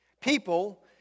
People